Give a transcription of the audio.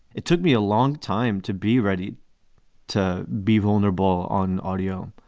it took me a long time to be ready to be vulnerable on audio.